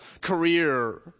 career